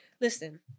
listen